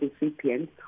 recipient